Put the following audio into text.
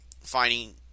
finding